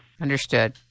Understood